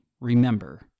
remember